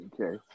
okay